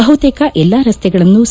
ಬಹುತೇಕ ಎಲ್ಲಾ ರಸ್ತೆಗಳನ್ನು ಸಿ